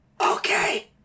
Okay